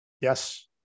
Yes